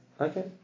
okay